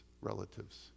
relatives